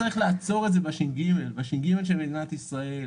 צריך לעצור את זה בשי"ן גימ"ל של מדינת ישראל.